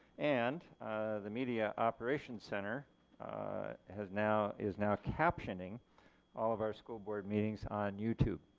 and the media operations center has now, is now captioning all of our school board meetings on youtube.